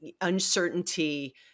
uncertainty